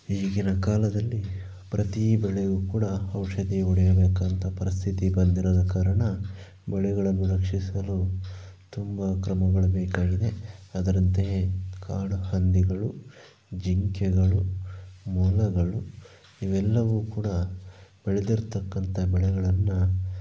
ಈಗಿನ ಕಾಲದಲ್ಲಿ ಪ್ರತಿ ಬೆಳೆಯು ಕೂಡ ಔಷಧಿ ಹೊಡೆಯಬೇಕಾದಂಥ ಪರಿಸ್ಥಿತಿ ಬಂದಿರುವ ಕಾರಣ ಬೆಳೆಗಳನ್ನು ರಕ್ಷಿಸಲು ತುಂಬ ಕ್ರಮಗಳು ಬೇಕಾಗಿದೆ ಅದರಂತೆಯೇ ಕಾಡು ಹಂದಿಗಳು ಜಿಂಕೆಗಳು ಮೊಲಗಳು ಇವೆಲ್ಲವೂ ಕೂಡ ಬೆಳೆದಿರ್ತಕ್ಕಂಥ ಬೆಳೆಗಳನ್ನು